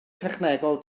technegol